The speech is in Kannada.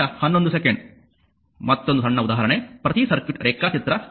ಮತ್ತೊಂದು ಸಣ್ಣ ಉದಾಹರಣೆ ಪ್ರತಿ ಸರ್ಕ್ಯೂಟ್ ರೇಖಾಚಿತ್ರ 2